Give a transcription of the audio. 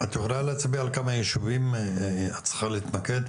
את יכולה להצביע על כמה ישובים את צריכה להתמקד?